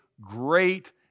great